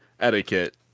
etiquette